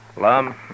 Lum